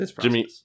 Jimmy